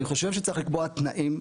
אני חושב שצריך לקבוע תנאים.